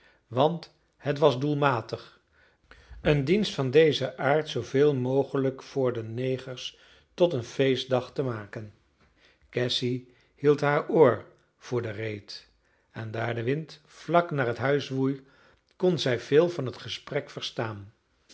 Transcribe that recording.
want het was doelmatig een dienst van dezen aard zooveel mogelijk voor de negers tot een feestdag te maken cassy hield haar oor voor de reet en daar de wind vlak naar het huis woei kon zij veel van het gesprek verstaan